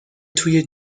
توی